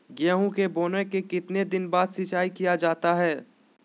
गेंहू के बोने के कितने दिन बाद सिंचाई किया जाता है?